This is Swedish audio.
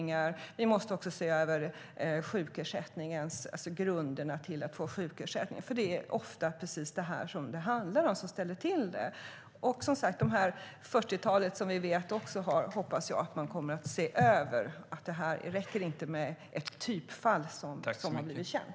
Det tror jag också att Annika Strandhäll vill; jag känner till hennes ståndpunkt när det gäller utförsäkringar. Det fyrtiotal fall som vi känner till i detta sammanhang hoppas jag att man kommer att se över. Det räcker inte med att ett typfall blivit känt.